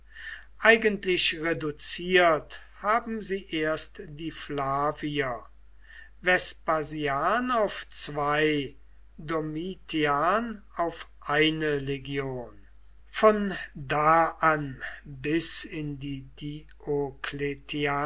eigentlich reduziert haben sie erst die flavier vespasian auf zwei domitian auf eine legion von da an bis in die